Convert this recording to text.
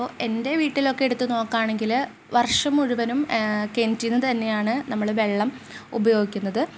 അപ്പോൾ എൻ്റെ വീട്ടിലൊക്കെ എടുത്ത് നോക്കാണങ്കിൽ വർഷം മുഴുവനും കിണറ്റിന്ന് തന്നെയാണ് നമ്മൾ വെള്ളം ഉപയോഗിക്കുന്നത്